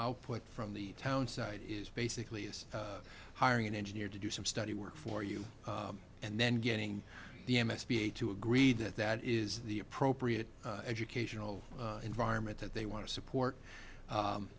output from the townsite is basically is hiring an engineer to do some study work for you and then getting the m s p a to agree that that is the appropriate educational environment that they want to support